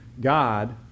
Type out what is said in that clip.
God